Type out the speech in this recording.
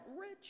rich